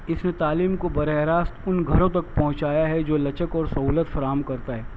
اس نے تعلیم کو براہ راست ان گھروں تک پہنچایا ہے جو لچک اور سہولت فراہم کرتا ہے